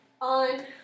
On